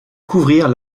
couvrir